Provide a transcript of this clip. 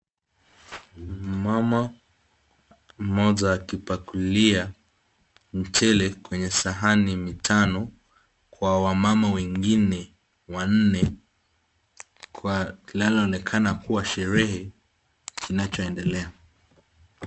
Mama mmoja akipakulia mchele kwenye sahani mitano kwa wamama wengine wanna kwa linaloonekana ni sherehe kinachoendelea.